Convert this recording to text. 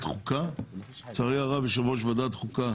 החוקה אבל לצערי הרב יושב ראש ועדת החוקה